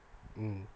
mm